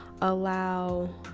allow